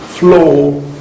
flow